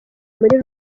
muri